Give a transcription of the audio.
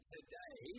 Today